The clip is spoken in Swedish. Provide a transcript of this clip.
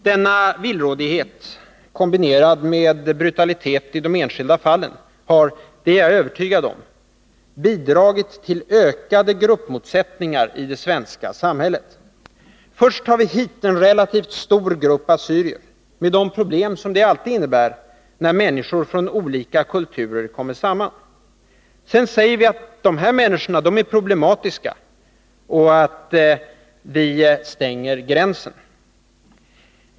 Denna villrådighet, kombinerad med brutalitet i de enskilda fallen, har — det är jag övertygad om — bidragit till ökade gruppmotsättningar i det svenska samhället. Först tar vi hit en relativt stor grupp assyrier — med de problem som det alltid innebär när människor från olika kulturer kommer samman. Sedan säger vi att dessa människor är problematiska och att vi stänger gränsen.